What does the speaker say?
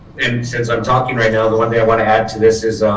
and since i'm talking right now, the one thing i want to add to this is